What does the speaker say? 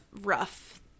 rough